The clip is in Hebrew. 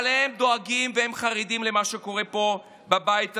הם דואגים והם חרדים ממה שקורה פה בבית הזה.